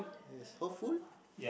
yes hopeful